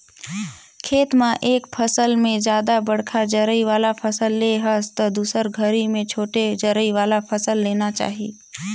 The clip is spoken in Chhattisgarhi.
खेत म एक फसल में जादा बड़खा जरई वाला फसल ले हस त दुसर घरी में छोटे जरई वाला फसल लेना चाही